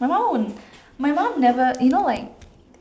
my mom would my mom never you know like